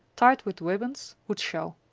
tied with ribbons, would show.